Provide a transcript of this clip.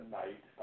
night